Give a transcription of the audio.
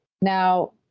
Now